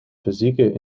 fysieke